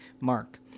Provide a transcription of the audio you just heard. mark